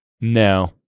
No